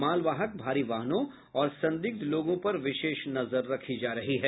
मालवाहक भारी वाहनों और संदिग्ध लोगों पर विशेष नजर रखी जा रही है